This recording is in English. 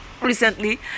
recently